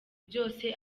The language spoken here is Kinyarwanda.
byose